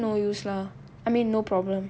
so if it's daily then no use lah I mean no problem